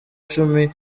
cumi